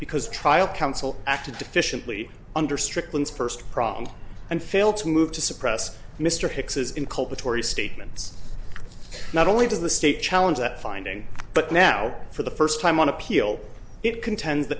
because trial counsel acted efficiently under strickland's first problem and failed to move to suppress mr hicks's inculpatory statements not only to the state challenge that finding but now for the first time on appeal it contend